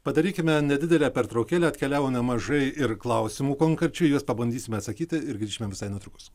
padarykime nedidelę pertraukėlę atkeliavo nemažai ir klausimų konkrečių į juos pabandysime atsakyti ir grįšime visai netrukus